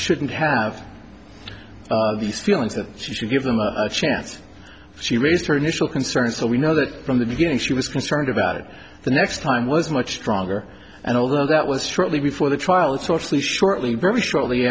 shouldn't have these feelings that she should give them a chance she raised her initial concerns so we know that from the beginning she was concerned about it the next time was much stronger and although that was shortly before the trial it softly shortly very shortly